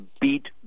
beat